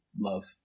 love